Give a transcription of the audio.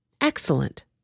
Excellent